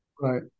Right